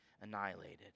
annihilated